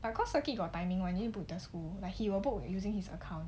like cause circuit got timing [one] you need to book with the school like he will book using his account